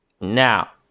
Now